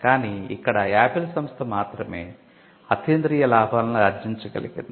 కాని ఇక్కడ ఆపిల్ సంస్థ మాత్రమే అతీంద్రియ లాభాలను ఆర్జించగలిగింది